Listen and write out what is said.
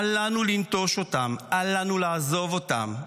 אל לנו לנטוש אותם, אל לנו לעזוב אותם.